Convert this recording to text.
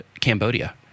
Cambodia